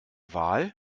wahl